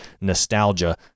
Nostalgia